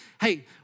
hey